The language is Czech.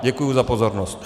Děkuji za pozornost.